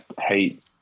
hate